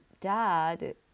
dad